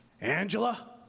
Angela